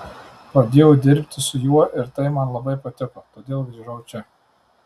pradėjau dirbi su juo ir tai man labai patiko todėl grįžau čia